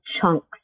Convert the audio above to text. chunks